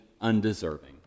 undeserving